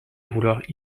vouloir